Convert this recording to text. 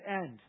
end